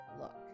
look